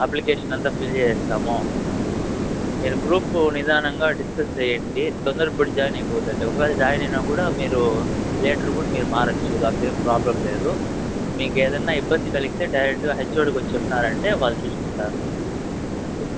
application అంతా fill చేస్తాము మీరు గ్రూపు నిదానంగా డిస్కస్ చేయండి తొందరపడి జాయిన్ అయిపోవద్దండి ఒకవేళ జాయిన్ అయినా కూడా మీరు లేటర్ కూడా మీరు మారచ్చు దాంట్లో ఏం ప్రాబ్లెమ్ లేదు మీకు ఏదైనా ఇబ్బంది కలిగితే డైరెక్ట్గా హెచ్ఓడీకి వచ్చి చెప్పినారంటే వాళ్ళు చూసుకుంటారు అంతే